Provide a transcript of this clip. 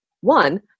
One